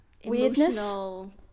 emotional